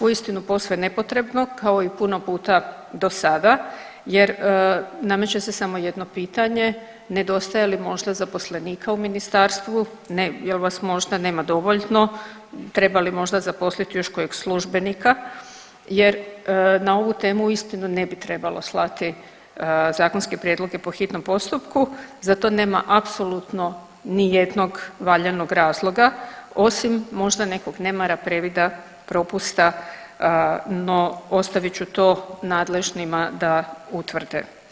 Uistinu posve nepotrebno kao i puno puta do sada jer nameće se samo jedno pitanje, nedostaje li možda zaposlenika u ministarstvu, ne jel vas možda nema dovoljno, treba li možda zaposliti još kojeg službenika jer na ovu temu uistinu ne bi trebalo slati zakonske prijedloge po hitnom postupku, za to nema apsolutno nijednog valjanog razloga osim možda nekog nemara, previda, propusta, no ostavit ću to nadležnima da utvrde.